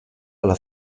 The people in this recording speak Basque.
ala